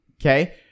okay